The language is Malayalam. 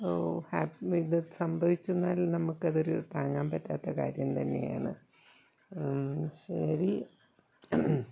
ഹാപ്പ് ഇത് സംഭവിച്ചെന്നാൽ നമുക്കതൊരു താങ്ങാൻ പറ്റാത്ത കാര്യം തന്നെയാണ് ശരി